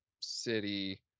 city